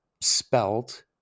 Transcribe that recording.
spelt